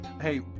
hey